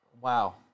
Wow